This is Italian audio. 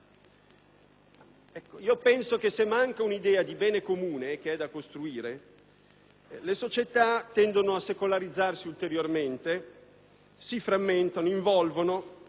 tutta. Se manca un'idea di bene comune, che è da costruire, le società tendono a secolarizzarsi ulteriormente, si frammentano, involvono,